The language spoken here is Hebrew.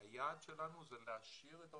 כשהיעד שלנו זה להשאיר את העובדים.